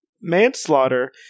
Manslaughter